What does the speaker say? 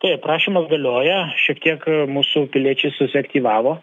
taip prašymas galioja šiek tiek mūsų piliečiai susiaktyvavo